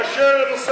רעיון טוב.